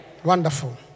Wonderful